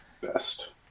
best